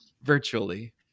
virtually